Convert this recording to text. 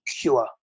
cure